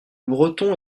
breton